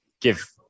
give